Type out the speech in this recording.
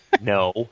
No